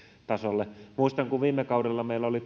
tasolle muistan kun viime kaudella meillä oli